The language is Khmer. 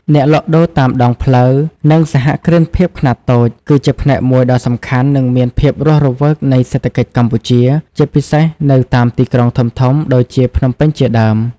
អ្នកលក់ដូរតាមដងផ្លូវ និងសហគ្រិនភាពខ្នាតតូច គឺជាផ្នែកមួយដ៏សំខាន់ និងមានភាពរស់រវើកនៃសេដ្ឋកិច្ចកម្ពុជា ជាពិសេសនៅតាមទីក្រុងធំៗដូចជាភ្នំពេញជាដើម ។